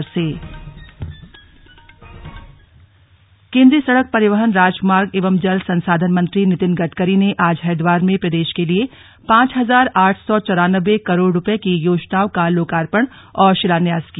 slug Nitin Gadkari लोकार्पण केन्द्रीय सड़क परिवहन राजमार्ग एवं जल संसाधन मंत्री नितिन गडकरी ने आज हरिद्वार में प्रदेश के लिए पांच हजार आठ सौ चौरानवे करोड़ रुपये की योजनाओं का लोकार्पण और शिलान्यास किया